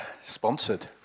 sponsored